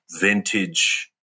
vintage